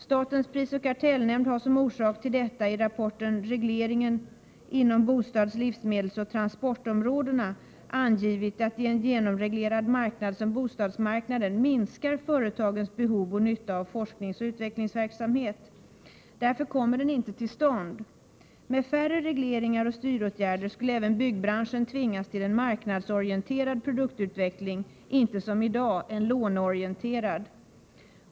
Statens prisoch kartellnämnd har som orsak till detta i rapporten Regleringen inom bostads-, livsmedelsoch transportområdena angivit att i en genomreglerad marknad som bostadsmarknaden minskar företagens behov och nytta av forskningsoch utvecklingsverksamhet. Därför kommer sådan verksamhet inte till stånd. Med färre regleringar och styråtgärder skulle även byggbranschen tvingas till en marknadsorienterad produktutveckling och inte, som i dag, en låneorienterad.